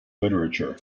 literature